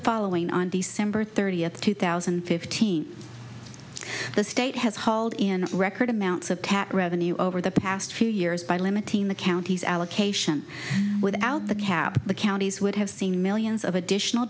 following on december thirtieth two thousand and fifteen the state has hauled in record amounts of tax revenue over the past few years by limiting the county's allocation without the cap the counties would have seen millions of additional